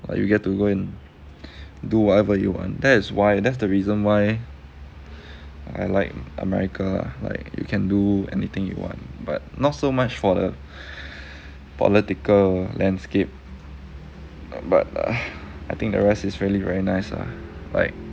like you get to go and do whatever you want that's why that's the reason why I like america like you can do anything you want but not so much for the political landscape but but but I think the rest is really very nice ah like